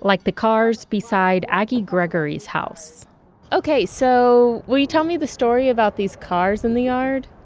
like the cars beside aggie gregory's house okay. so, will you tell me the story about these cars in the yard?